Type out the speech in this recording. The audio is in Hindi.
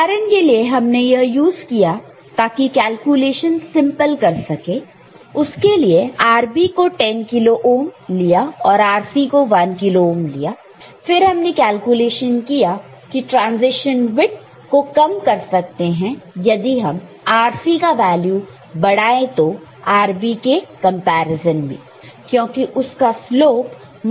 उदाहरण के लिए हमने यह यूज़ किया ताकि कैलकुलेशन सिंपल कर सके उसके लिए RB को10 किलो ओम लिया और को RC 1 किलो हम लिया फिर हमने कैलकुलेशन किया कि ट्रॅन्ज़िशन् विड्थ को कम कर सकते हैं यदि हम RC का वैल्यू बढ़ाएं तो RB के कंपैरिजन में क्योंकि उसका स्लोप RC बाय RB है